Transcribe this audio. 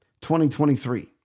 2023